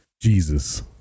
jesus